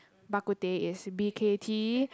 bak kut teh is b_k_t